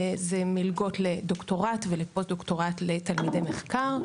זה מלגות לדוקטורנט ולפוסט דוקטורנט לתלמידי מחקר,